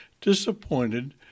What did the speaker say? Disappointed